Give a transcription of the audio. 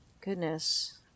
goodness